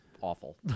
awful